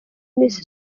miss